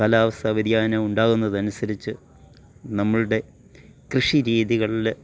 കാലാവസ്ഥാ വ്യതിയാനമുണ്ടാകുന്നതനുസരിച്ച് നമ്മളുടെ കൃഷി രീതികളില്